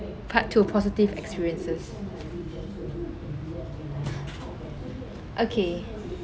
part two positive experiences okay